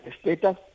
status